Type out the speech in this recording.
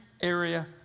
area